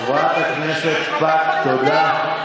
חברת הכנסת שפק, תודה.